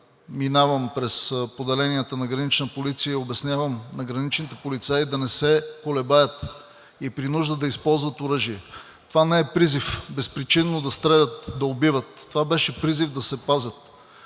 минавам през поделенията на Гранична полиция и обяснявам на граничните полицаи да не се колебаят и при нужда да използват оръжие. Това не е призив безпричинно да стрелят, да убиват, това беше призив да се пазят.